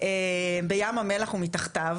"בים המלח ומתחתיו,